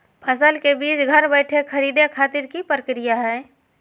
फसल के बीज घर बैठे खरीदे खातिर की प्रक्रिया हय?